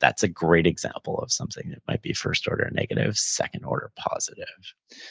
that's a great example of something that might be first order and negative, second order positive